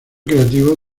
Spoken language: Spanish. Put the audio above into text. creativo